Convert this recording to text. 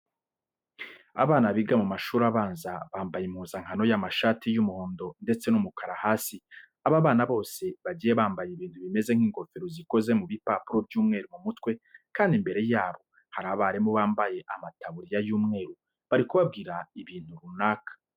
Abana biga mu mashuri abanza bambaye impuzankano y'amashati y'umuhondo ndetse n'umukara hasi. Aba bana bose bagiye bambaye ibintu bimeze nk'ingofero zikoze mu bipapuro by'umweru mu mutwe kandi imbere yabo hari abarimu bambaye amataburiya y'umweru bari kubabwira ibintu runaka.